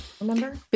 Remember